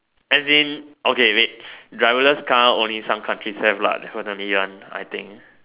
as in okay wait driverless car only some country have lah definitely one I think